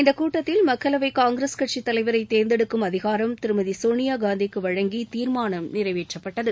இந்த கூட்டத்தில் மக்களவை காங்கிரஸ் கட்சித் தலைவரை தேர்ந்தெடுக்கும் அதிகாரம் திருமதி சோனியாகாந்திக்கு வழங்கி தீர்மானம் நிறைவேற்றப்பட்டது